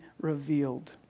revealed